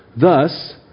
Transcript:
Thus